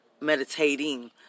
Meditating